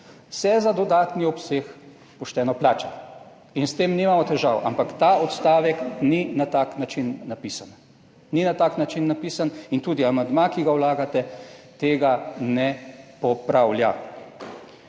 se za dodatni obseg pošteno plača. In s tem nimamo težav. Ampak ta odstavek ni na tak način napisan. Ni na tak način napisan in tudi amandma, ki ga vlagate, tega ne popravlja.